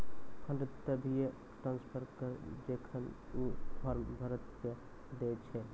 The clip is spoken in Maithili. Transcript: फंड तभिये ट्रांसफर करऽ जेखन ऊ फॉर्म भरऽ के दै छै